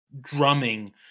drumming